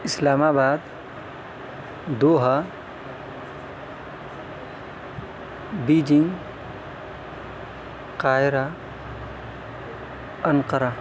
اسلام آباد Doha Beijing قاہرہ Ankara